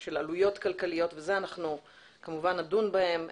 של עלויות כלכליות ואנחנו נדון בהן כמובן.